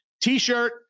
T-shirt